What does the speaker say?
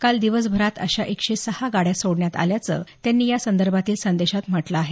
काल दिवसभरात अशा एकशे सहा गाड्या सोडण्यात आल्याचं त्यांनी या संदर्भातील संदेशात म्हटलं आहे